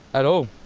at all.